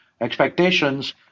expectations